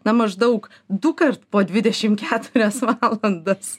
na maždaug dukart po dvidešim keturias valandas